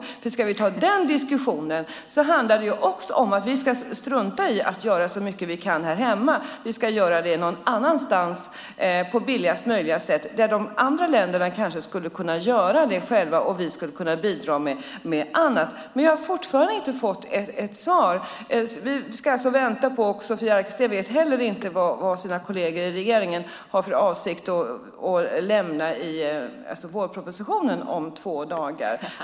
Om vi ska ta den diskussionen handlar det om att vi ska strunta i att göra så mycket vi kan här hemma. Vi ska göra det någon annanstans på billigaste möjliga sätt. De andra länderna kanske skulle kunna göra det och vi kunde bidra med annat. Jag har fortfarande inte fått något svar. Sofia Arkelsten vet inte heller vad kollegerna i regeringen har för avsikt att lägga fram i vårpropositionen om två dagar.